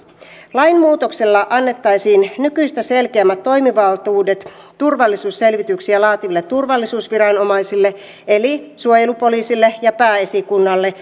lainmuutoksella annettaisiin nykyistä selkeämmät toimivaltuudet turvallisuusselvityksiä laativille turvallisuusviranomaisille eli suojelupoliisille ja pääesikunnalle